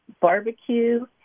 barbecue